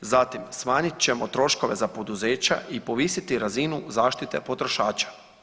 Zatim, smanjit ćemo troškove za poduzeća i povisiti razinu zaštite potrošača.